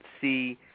see